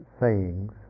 sayings